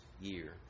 year